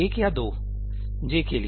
एक या दो j के लिए